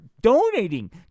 Donating